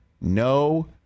No